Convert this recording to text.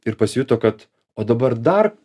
ir pasijuto kad o dabar dar